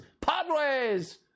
Padres